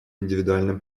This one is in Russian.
индивидуальном